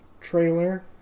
trailer